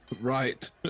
Right